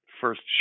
first